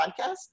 Podcast